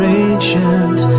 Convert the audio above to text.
ancient